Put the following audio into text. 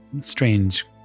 strange